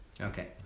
Okay